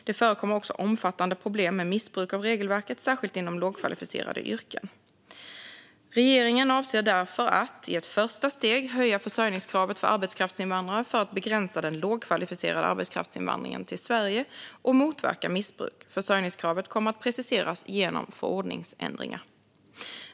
Det förekommer också omfattande problem med missbruk av regelverket, särskilt inom lågkvalificerade yrken. Regeringen avser därför att - i ett första steg - höja försörjningskravet för arbetskraftsinvandrare, för att begränsa den lågkvalificerade arbetskraftsinvandringen till Sverige och motverka missbruk. Försörjningskravet kommer att preciseras genom förordningsändringar.